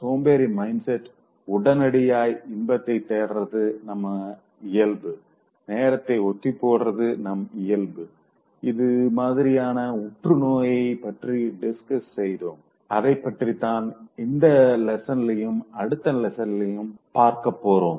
சோம்பேறி mind set உடனடியாய் இன்பத்தைத் தேடுறது நம் இயல்பு நேரத்தை ஒத்திப்போடுறது நம் இயல்பு இது மாதிரியான உற்றுநோயைப் பற்றி டிஸ்கஸ் செய்தோம் அதை பற்றிதான் இந்த லெசன்லையும் அடுத்த லெசன்லையும் பார்க்கப் போறோம்